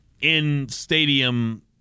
in-stadium